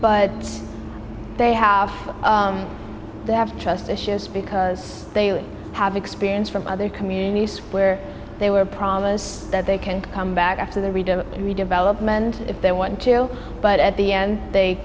but they have to have trust issues because they have experience from other communities where they were promised that they can come back after the redevelopment if they want to but at the end they